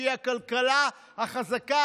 שהיא כלכלה חזקה,